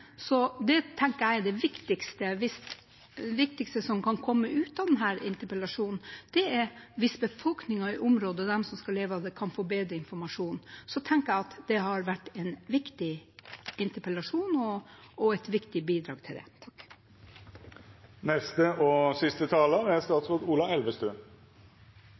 tenker at det viktigste som kan komme ut av denne interpellasjonen, er at befolkningen i dette området, de som skal leve av det, kan få bedre informasjon. Da har det vært en viktig interpellasjon og et viktig bidrag til det. Først vil jeg takke for interpellasjonen og for innleggene i det som er